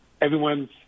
everyone's